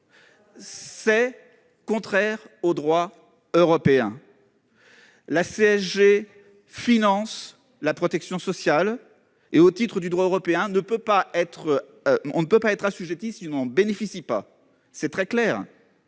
c'est contraire au droit européen. La CSG finance la protection sociale et, au titre du droit européen, on ne peut pas y être assujetti si l'on n'en bénéficie pas. C'est très clair